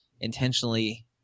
intentionally